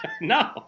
No